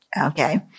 Okay